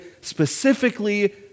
specifically